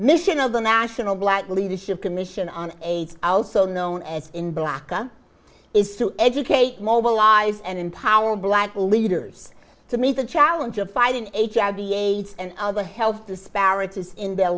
mission of the national black leadership commission on aids also known as in black and is to educate mobilize and empower black leaders to meet the challenge of fighting hiv aids and other health disparities in their